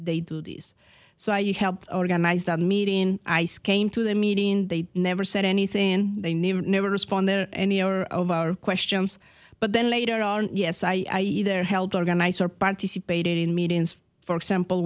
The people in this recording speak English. they do these so i you helped organize that meeting ice came to their meeting they never said anything they never never respond there any or all of our questions but then later on yes i either held organizer participated in meetings for example